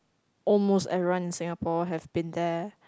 almost everyone in Singapore have been there